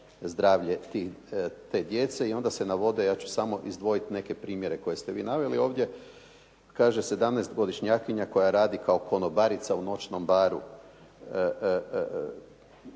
zdravlje te djece. I onda se navode, ja ću samo izdvojit neke primjere koje ste vi naveli ovdje. Kaže, 17-godišnjakinja koja radi kao konobarica u noćnom baru,